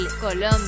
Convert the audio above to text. Colombia